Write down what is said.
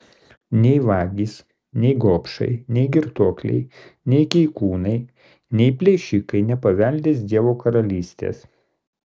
nei vagys nei gobšai nei girtuokliai nei keikūnai nei plėšikai nepaveldės dievo karalystės